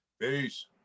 Peace